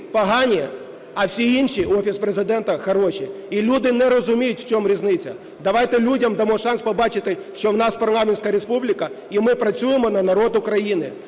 погані, а всі інші, Офіс Президента, хороші, і люди не розуміють, в чому різниця. Давайте людям дамо шанс побачити, що в нас парламентська республіка і ми працюємо на народ України.